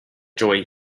joy